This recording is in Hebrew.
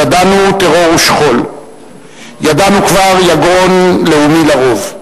ידענו טרור ושכול, ידענו כבר יגון לאומי לרוב.